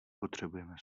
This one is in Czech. potřebujeme